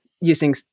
Using